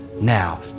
now